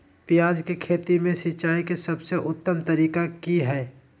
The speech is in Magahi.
प्याज के खेती में सिंचाई के सबसे उत्तम तरीका की है?